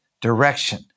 direction